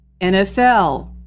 NFL